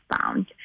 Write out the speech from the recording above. found